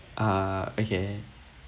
ah okay